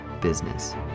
business